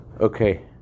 Okay